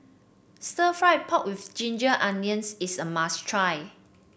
Stir Fried Pork with Ginger Onions is a must try